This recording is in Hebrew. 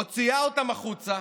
מוציאה אותן החוצה,